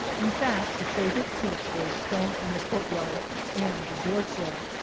in fact the favor ite seats were a stone in the courtyard and the door-sill.